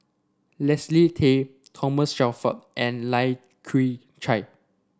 Leslie Tay Thomas Shelford and Lai Kew Chai